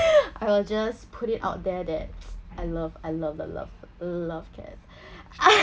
I'll just put it out there that I love I love love love cats